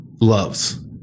loves